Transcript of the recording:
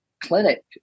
clinic